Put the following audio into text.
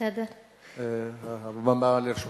הבמה לרשותך.